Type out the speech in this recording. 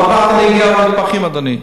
עוד מעט אני אגיע למתמחים, אדוני.